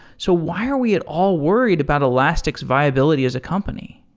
so why are we at all worried about elastic's viability as a company?